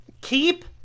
Keep